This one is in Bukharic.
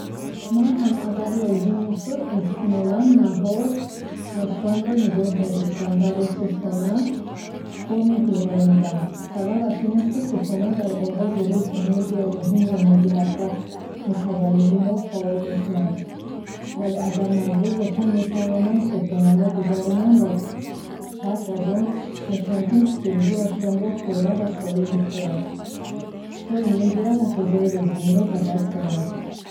Ман ҳам агар лозим мешуд, эҳтимолан наҳор ва шомро нигоҳ медоштам, вале субҳона-ро мегузаронидам. Сабабаш ин аст, ки субҳона дар оғози рӯз энергияи муҳимро медиҳад ва метаболизмро фаъол мекунад. Вале агар маҷбур бошам, метавонам субҳонаро гузаронам, ва пас аз он кӯшиш мекунам, ки нисфирӯзӣ ва шомро пурра ва солим бихӯрам, то энергия ва ғизоии лозимиро ба даст орам.